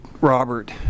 Robert